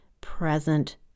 present